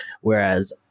whereas